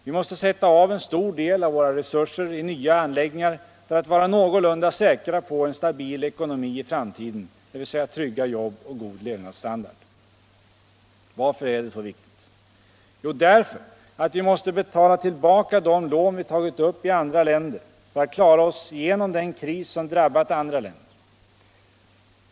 Vi måste sätta av en stor del av våra resurser i nya anläggningar för att vara någorlunda säkra på en stabil ekonomi i framtiden, dvs. trygga jobb och god levnadsstandard. Varför är det så viktigt? Jo, därför att vi måste betala tillbaka de lån vi tagit upp i andra länder för att klara oss genom den kris som drabbat andra länder.